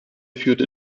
führte